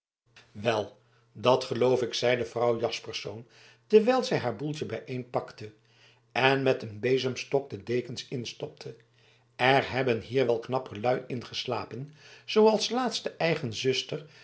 wel dat geloof ik zeide vrouw jaspersz terwijl zij haar boeltje bijeenpakte en met een bezemstok de dekens instopte er hebben hier wel knapper lui in geslapen zooals laatst de eigen zuster